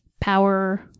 power